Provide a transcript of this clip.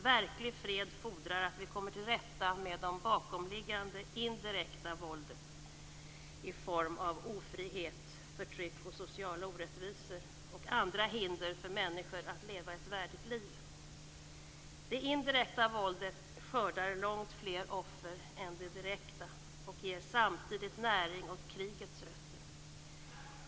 Verklig fred fordrar att vi kommer till rätta med det bakomliggande indirekta våldet i form av ofrihet, förtryck och sociala orättvisor samt andra hinder för människor att leva ett värdigt liv. Det indirekta våldet skördar långt fler offer än det direkta och ger samtidigt näring åt krigets rötter.